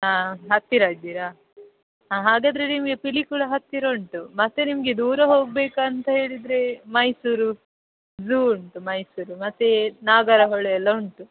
ಹಾಂ ಹತ್ತಿರ ಇದ್ದೀರಾ ಹಾಂ ಹಾಗಾದರೆ ನಿಮಗೆ ಪಿಲಿಕುಳ ಹತ್ತಿರ ಉಂಟು ಮತ್ತು ನಿಮಗೆ ದೂರ ಹೋಗಬೇಕಂತ ಹೇಳಿದರೆ ಮೈಸೂರು ಝು ಉಂಟು ಮೈಸೂರು ಮತ್ತು ನಾಗರಹೊಳೆ ಎಲ್ಲ ಉಂಟು